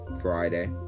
Friday